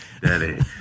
Daddy